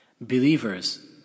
Believers